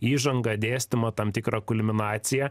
įžangą dėstymą tam tikrą kulminaciją